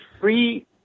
free